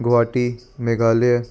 Guwahati Meghalaya